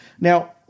now